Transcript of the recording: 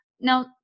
Now